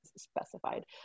specified